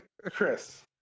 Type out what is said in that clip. Chris